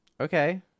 Okay